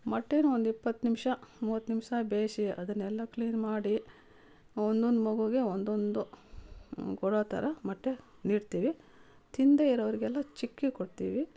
ಮೊಟ್ಟೆಯೂ ಒಂದು ಇಪ್ಪತ್ತು ನಿಮಿಷ ಮೂವತ್ತು ನಿಮಿಷ ಬೇಯ್ಸಿ ಅದನ್ನೆಲ್ಲ ಕ್ಲೀನ್ ಮಾಡಿ ಒಂದೊಂದು ಮಗುಗೆ ಒಂದೊಂದು ಕೊಡೋ ಥರ ಮೊಟ್ಟೆ ನೀಡ್ತೀವಿ ತಿನ್ದೇ ಇರೋರಿಗೆಲ್ಲ ಚಿಕ್ಕಿ ಕೊಡ್ತೀವಿ